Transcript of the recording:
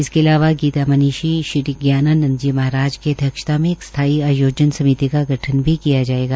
इसके अलावा गीता मनीषी श्री ज्ञानानंद जी महाराज की अध्यक्षता में एक स्थाई आयोजन समिति का गठन भी किया जाएगा